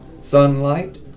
Sunlight